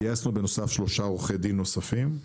גייסנו שלושה עורכי דין נוספים.